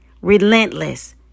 Relentless